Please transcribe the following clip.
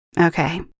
Okay